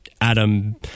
Adam